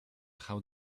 how